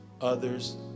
others